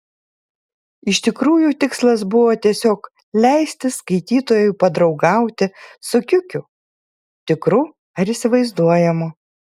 iš tikrųjų tikslas buvo tiesiog leisti skaitytojui padraugauti su kiukiu tikru ar įsivaizduojamu